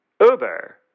Uber